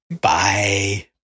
Bye